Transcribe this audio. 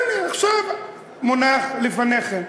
הנה עכשיו מונח לפניכם.